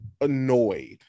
annoyed